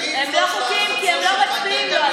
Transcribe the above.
אני, הם לא חוקיים כי הם לא מצביעים לו.